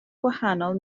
gwahanol